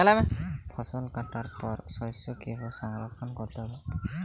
ফসল কাটার পর শস্য কীভাবে সংরক্ষণ করতে হবে?